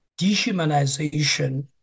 dehumanization